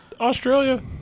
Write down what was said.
Australia